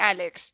Alex